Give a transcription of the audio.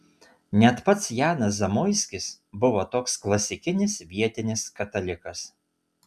net pats janas zamoiskis buvo toks klasikinis vietinis katalikas